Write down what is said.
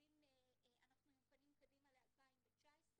אנחנו עם הפנים קדימה ל-2019,